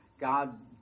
God